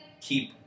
keep